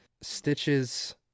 stitches